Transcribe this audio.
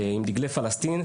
דגלי פלשתין,